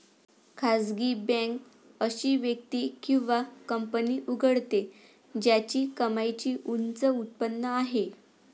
खासगी बँक अशी व्यक्ती किंवा कंपनी उघडते ज्याची कमाईची उच्च उत्पन्न आहे